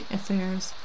affairs